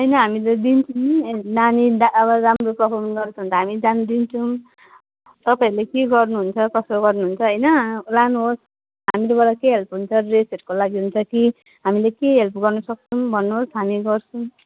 होइन हामीले दिन्छौँ नानी डा अब राम्रो पर्फमेन्स गर्छ भने त हामी जानु दिन्छौँ तपाईँहरूले के गर्नुहुन्छ कसो गर्नुहुन्छ होइन लानुहोस् हाम्रोबाट के हेल्प हुन्छ ड्रेसहरूको लागि हुन्छ कि हामीले के हेल्प गर्नु सक्छौँ भन्नुहोस् हामी गर्छौँ